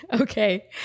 Okay